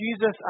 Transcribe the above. Jesus